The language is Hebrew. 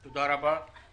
תודה רבה.